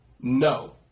No